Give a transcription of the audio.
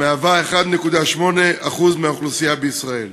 המהווה 1.8% מהאוכלוסייה בישראל.